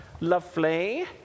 Lovely